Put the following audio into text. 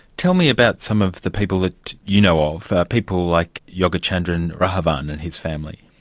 tell me about some of the people that you know of, people like yogachandran rahavan and his family.